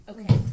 Okay